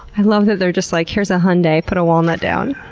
i love that they're just like, here's a hyundai, put a walnut down.